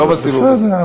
לא בסיבוב הזה.